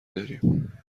داریم